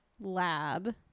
lab